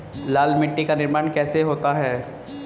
लाल मिट्टी का निर्माण कैसे होता है?